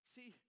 See